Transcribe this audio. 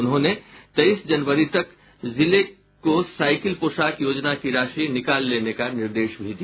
उन्होंने तेईस जनवरी तक जिले को साइकिल पोशाक योजना की राशि निकाल लेने का निर्देश भी दिया